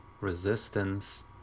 Resistance